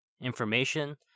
information